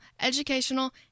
educational